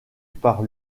par